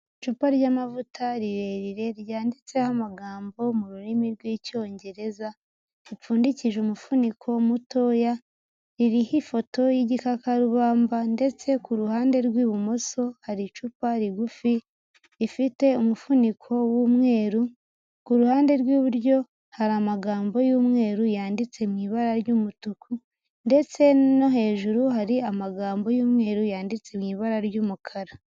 Icupa ry'amavuta rirerire ryanditseho amagambo mu rurimi rw'Icyongereza, ripfundikije umufuniko mutoya, ririho ifoto y'igikakarubamba ndetse ku ruhande rw'ibumoso hari icupa rigufi, rifite umufuniko w'umweru, ku ruhande rw'iburyo hari amagambo y'umweru yanditse mu ibara ry'umutuku, ndetse no hejuru hari amagambo y'umweru yanditse mu ibara ry'umukara.